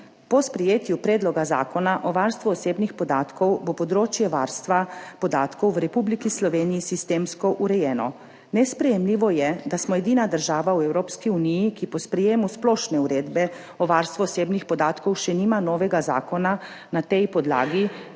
Po sprejetju Predloga zakona o varstvu osebnih podatkov bo področje varstva podatkov v Republiki Sloveniji sistemsko urejeno. Nesprejemljivo je, da smo edina država v Evropski uniji, ki po sprejetju Splošne uredbe o varstvu osebnih podatkov še nima novega zakona na tej podlagi,